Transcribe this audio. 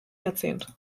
jahrzehnt